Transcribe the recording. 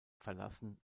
verlassen